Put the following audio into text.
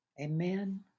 Amen